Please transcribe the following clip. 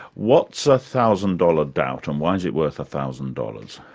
what's a thousand dollar doubt and why's it worth a thousand dollars?